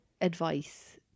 advice